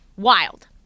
Wild